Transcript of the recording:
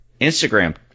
Instagram